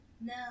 no